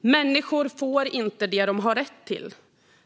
Människor får inte det de har rätt till.